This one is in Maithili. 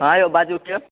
हँ यौ बाजू तऽ